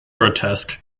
grotesque